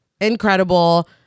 incredible